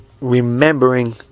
remembering